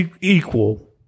equal